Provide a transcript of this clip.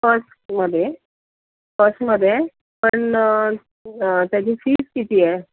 फस्टमध्ये फस्टमध्ये पण त्याची फीज किती आहे